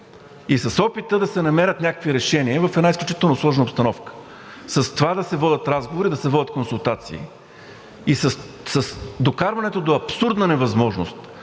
и с опита да се намерят някакви решения в една изключително сложна обстановка, с това да се водят разговори, да се водят консултации, и с докарването до абсурдна невъзможност